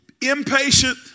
Impatient